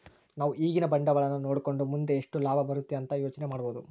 ನಾವು ಈಗಿನ ಬಂಡವಾಳನ ನೋಡಕಂಡು ಮುಂದೆ ಎಷ್ಟು ಲಾಭ ಬರುತೆ ಅಂತ ಯೋಚನೆ ಮಾಡಬೋದು